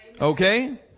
Okay